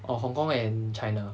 oh hong kong and china